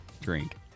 Drink